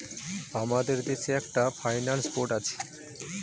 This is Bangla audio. আমাদের দেশে একটা ফাইন্যান্স বোর্ড আছে